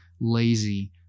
Lazy